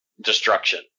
destruction